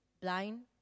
blind